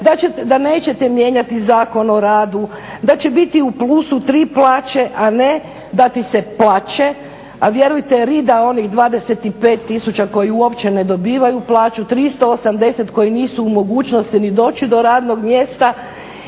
da nećete mijenjati Zakon o radu, da će biti u plusu tri plaće, a ne da ti se plače, a vjerujte rida onih 25 tisuća koji uopće ne dobivaju plaću, 380 koji nisu u mogućnosti ni doći do radnog mjesta